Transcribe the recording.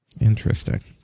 Interesting